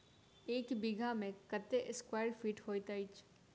एक बीघा मे कत्ते स्क्वायर फीट होइत अछि?